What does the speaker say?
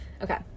okay